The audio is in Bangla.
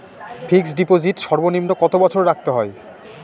ফিক্সড ডিপোজিট সর্বনিম্ন কত বছর রাখতে হয়?